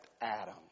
Adam